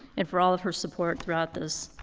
and for all of her support throughout this.